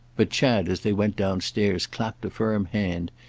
but chad, as they went downstairs, clapped a firm hand,